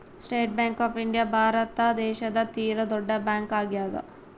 state Bank of India Bharat ದೇಶದ ತೀರ ದೊಡ್ಡ ಬ್ಯಾಂಕ್ ಆಗ್ಯಾದ